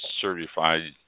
certified